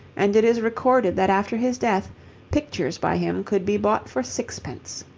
and it is recorded that after his death pictures by him could be bought for sixpence.